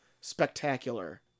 spectacular